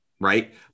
Right